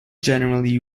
generally